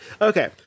Okay